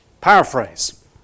Paraphrase